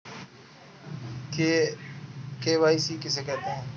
KYC किसे कहते हैं?